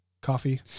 coffee